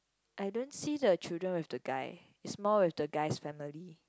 I don't see the children with the guy is more with the guy's family